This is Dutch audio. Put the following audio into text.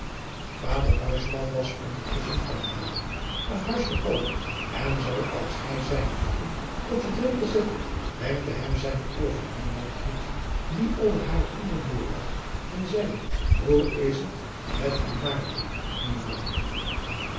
buisman was ondertusschen van de haven naar huis gekomen en zoo als hij zijnen voeten op den drempel zette wenkte hem zijne overbuurvrouw grietje die over hare onderdeur lag en zeide hoe is het met uw